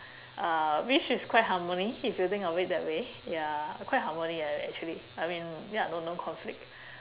uh which is quite harmony if you think of it that way ya quite harmony ah actually I mean ya ya no conflict